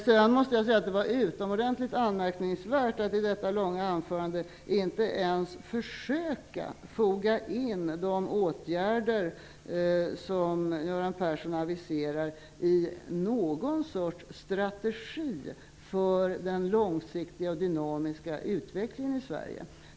Det var dessutom utomordentligt anmärkningsvärt att Göran Persson i detta långa anförande inte ens försökte foga in de åtgärder som aviseras i någon sorts strategi för den långsiktiga och dynamiska utvecklingen i Sverige.